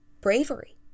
bravery